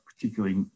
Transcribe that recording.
particularly